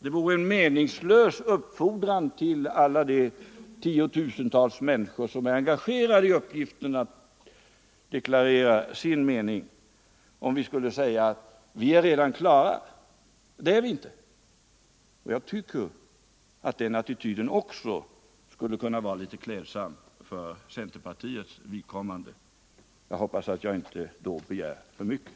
Det vore en meningslös uppfordran till alla de 10 000-tals människor som är engagerade i uppgiften att deklarera sin mening, om vi skulle säga att vi redan är klara, för det är vi inte. Jag tycker att den här attityden skulle kunna vara ganska klädsam också för centerpartiets vidkommande; jag hoppas att jag inte då begär för mycket.